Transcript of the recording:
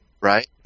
right